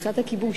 קבוצת הכיבוש.